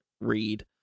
read